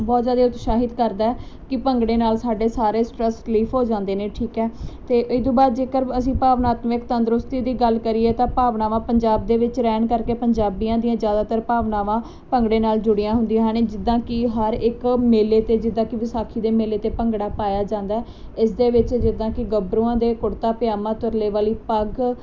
ਬਹੁਤ ਜਿਆਦੇ ਉਤਸ਼ਾਹਿਤ ਕਰਦਾ ਕਿ ਭੰਗੜੇ ਨਾਲ ਸਾਡੇ ਸਾਰੇ ਸਟਰੈਸ ਰਲੀਫ ਹੋ ਜਾਂਦੇ ਨੇ ਠੀਕ ਐ ਤੇ ਇਤੋਂ ਬਾਅਦ ਜੇਕਰ ਅਸੀਂ ਭਾਵਨਾਤਮਿਕ ਤੰਦਰੁਸਤੀ ਦੀ ਗੱਲ ਕਰੀਏ ਤਾਂ ਭਾਵਨਾਵਾਂ ਪੰਜਾਬ ਦੇ ਵਿੱਚ ਰਹਿਣ ਕਰਕੇ ਪੰਜਾਬੀਆਂ ਦੀਆਂ ਜ਼ਿਆਦਾਤਰ ਭਾਵਨਾਵਾਂ ਭੰਗੜੇ ਨਾਲ ਜੁੜੀਆਂ ਹੁੰਦੀਆਂ ਹਨ ਇਹ ਜਿੱਦਾਂ ਕੀ ਹਰ ਇੱਕ ਮੇਲੇ ਤੇ ਜਿੱਦਾਂ ਕੀ ਵਿਸਾਖੀ ਦੇ ਮੇਲੇ ਤੇ ਭੰਗੜਾ ਪਾਇਆ ਜਾਂਦਾ ਇਸ ਦੇ ਵਿੱਚ ਜਿੱਦਾਂ ਕਿ ਗੱਭਰੂਆਂ ਦੇ ਕੁੜਤਾ ਪਜ਼ਾਮਾ ਤੁਰਲੇ ਵਾਲੀ ਪੱਗ